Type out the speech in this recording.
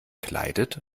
kleidet